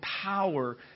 power